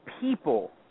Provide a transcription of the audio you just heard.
people